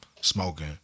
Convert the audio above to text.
smoking